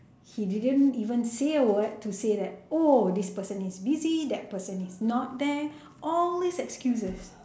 he didn't even say a word to say that oh this person is busy that person is not there all these excuses